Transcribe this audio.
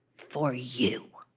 for you.